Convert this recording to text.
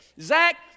Zach